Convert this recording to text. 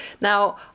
Now